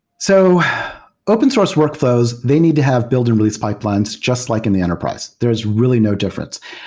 so open source workf lows, they need to have build and release pipelines just like in the enterprise. there is really no difference.